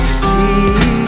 see